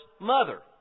mother